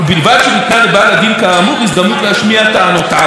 ובלבד שניתנה לבעל הדין כאמור הזדמנות להשמיע טענותיו.